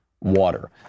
water